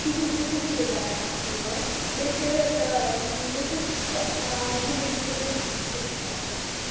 کِہیٖنٛۍ تہٕ کٔہٕنٛۍ تہِ بیگ اَتھِ یِوان مےٚ چھِ مےٚ چھِ سۅ زِنٛدگی ہُنٛد وۅنۍ اَکھ حِصہٕ بنیٛومُت